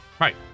right